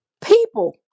people